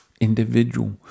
individual